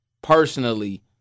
Personally